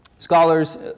Scholars